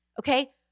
Okay